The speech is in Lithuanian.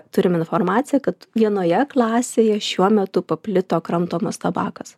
turim informaciją kad vienoje klasėje šiuo metu paplito kramtomas tabakas